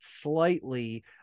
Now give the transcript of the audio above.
slightly